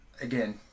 again